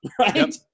right